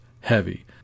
heavy